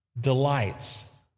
delights